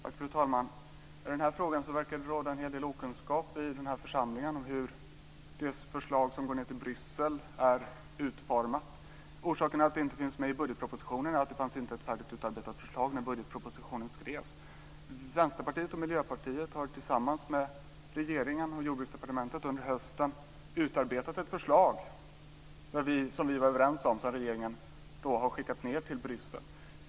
Fru talman! Det verkar råda en hel del okunskap i den här församlingen om hur det förslag som skickats ned till Bryssel är utformat. Orsaken till att det inte finns med i budgetpropositionen är att det inte fanns ett färdigt utarbetat förslag när budgetpropositionen skrevs. Vänsterpartiet och Miljöpartiet har tillsammans med regeringen och Jordbruksdepartementet under hösten utarbetat ett förslag som vi var överens om och som regeringen har skickat ned till Bryssel.